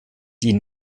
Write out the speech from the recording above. die